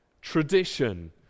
tradition